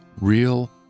real